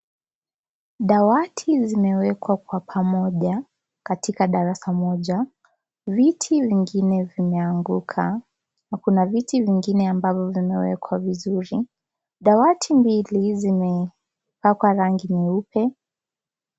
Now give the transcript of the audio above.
Dawati zimewekwa kwa pamoja katika darasa moja viti vingine vimeanguka na kuna viti vingine ambavyo vimewekwa vizuri dawati mbili zimepakwa rangi nyeupe.